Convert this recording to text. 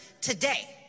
today